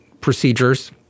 procedures—